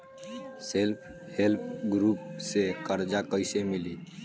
Self help group से कर्जा कईसे मिली?